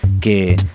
que